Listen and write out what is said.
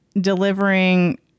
delivering